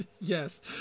yes